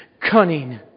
cunning